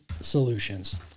solutions